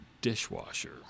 dishwasher